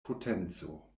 potenco